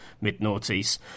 mid-noughties